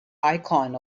icon